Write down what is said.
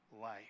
life